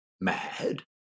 mad